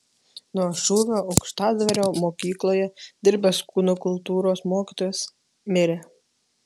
nuo šūvio aukštadvario mokykloje dirbęs kūno kultūros mokytojas mirė